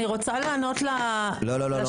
אני רוצה לענות לשאלה.